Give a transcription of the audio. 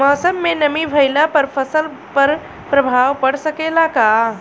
मौसम में नमी भइला पर फसल पर प्रभाव पड़ सकेला का?